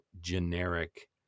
generic